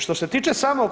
Što se tiče samog